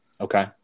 Okay